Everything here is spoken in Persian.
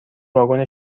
واگن